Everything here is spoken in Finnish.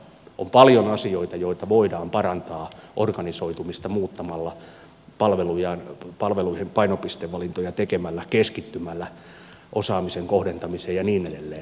on paljon asioita joita voidaan parantaa organisoitumista muuttamalla palveluihin painopistevalintoja tekemällä keskittymällä osaamisen kohdentamisella ja niin edelleen